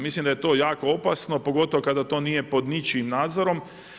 Mislim da je to jako opasno pogotovo kada to nije pod ničijim nadzorom.